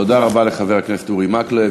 תודה רבה לחבר הכנסת אורי מקלב.